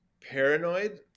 paranoid